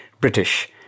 British